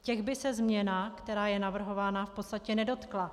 Těch by se změna, která je navrhována, v podstatě nedotkla.